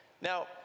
Now